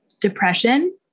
depression